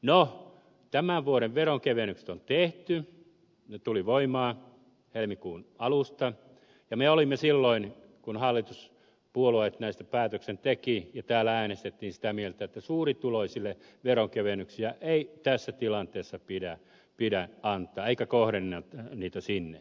no tämän vuoden veronkevennykset on tehty ne tulivat voimaan helmikuun alusta ja me olimme silloin kun hallituspuolueet näistä päätöksen tekivät ja täällä äänestettiin sitä mieltä että suurituloisille veronkevennyksiä ei tässä tilanteessa pidä antaa eikä kohdentaa niitä sinne